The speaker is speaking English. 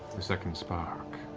the second spark.